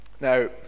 now